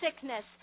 sickness